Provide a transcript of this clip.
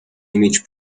image